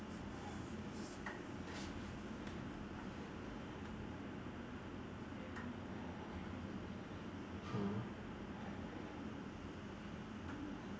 mm